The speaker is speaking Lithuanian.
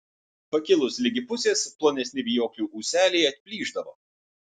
pakilus ligi pusės plonesni vijoklių ūseliai atplyšdavo